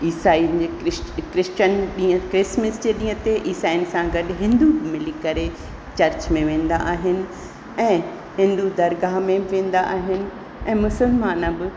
ईसाइनि जे क्रि क्रिश्चन ॾींहुं क्रिसमिस जे ॾींहुं ते ईसाइनि सां गॾु हिंदू मिली करे चर्च में वेंदा आहिनि ऐं हिंदू दर्गा में बि वेंदा आहिनि ऐं मुसलमान बि